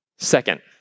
Second